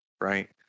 right